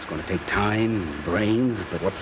is going to take time brains but what